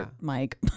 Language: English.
Mike